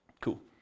Cool